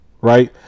right